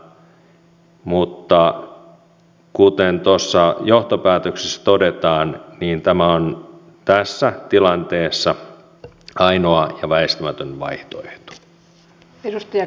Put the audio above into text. mutta kuten tuossa johtopäätöksessä todetaan niin tämä on tässä tilanteessa ainoa ja väistämätön vaihtoehto